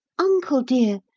uncle, dear,